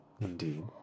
Indeed